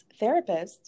therapists